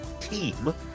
team